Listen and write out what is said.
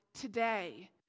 today